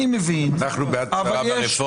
אני מבין --- אנחנו בעד --- ברפורמה,